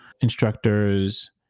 instructors